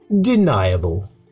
deniable